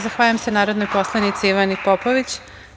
Zahvaljujem se narodnoj poslanici Ivani Popović.